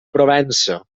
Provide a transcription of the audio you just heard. provença